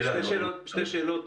שתי שאלות